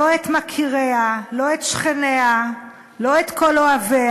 לא את מכיריה, לא את שכניה, לא את כל אוהביה,